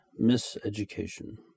miseducation